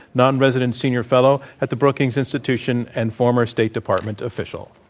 non-resident senior fellow at the brookings institution and former state department official.